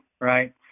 Right